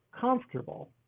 comfortable